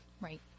right